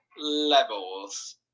levels